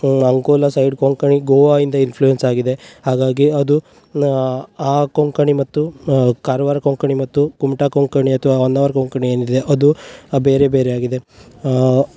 Ankola side Konkani ಗೋವಾದಿಂದ influence ಆಗಿದೆ ಹಾಗಾಗಿ ಅದು ಆ ಕೊಂಕಣಿ ಮತ್ತು ಕಾರವಾರ ಕೊಂಕಣಿ ಮತ್ತು ಕುಮಟಾ ಕೊಂಕಣಿ ಅಥ್ವಾ ಹೊನ್ನಾವರ ಕೊಂಕಣಿ ಏನಿದೆ ಅದು ಬೇರೆ ಬೇರೆ ಆಗಿದೆ